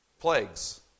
plagues